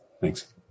Thanks